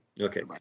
okay